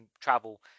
travel